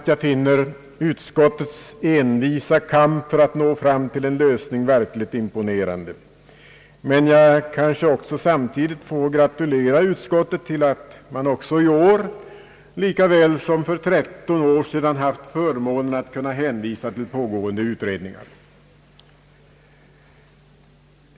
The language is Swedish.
Jag finner utskottets envisa kamp för att nå fram till en lösning verkligt imponerande men får kanske också samtidigt gratulera utskottet till att i år, lika väl som för tretton år sedan, ha haft förmånen att kunna hänvisa till pågående utredningar.